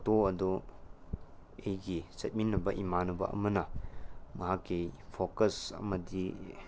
photo ꯑꯗꯨ ꯑꯩꯒꯤ ꯆꯠꯃꯤꯟꯅꯕ ꯏꯃꯥꯟꯅꯕ ꯑꯃꯅ ꯃꯍꯥꯛꯀꯤ ꯐꯣꯀꯁ ꯑꯃꯗꯤ